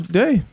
day